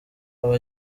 aba